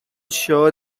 show